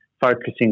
focusing